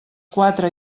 quatre